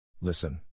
Listen